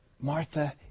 Martha